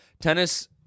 tennis